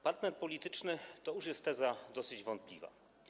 Partner polityczny - to już jest teza dosyć wątpliwa.